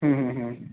হুম হুম হুম